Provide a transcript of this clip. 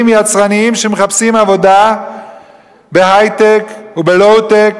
יצרניים שמחפשים עבודה בהיי-טק ובלואו-טק